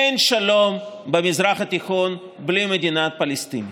אין שלום במזרח התיכון בלי מדינה פלסטינית.